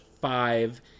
five